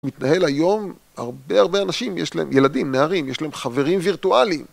מתנהל היום הרבה הרבה אנשים, יש להם ילדים, נערים, יש להם חברים וירטואלים.